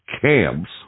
camps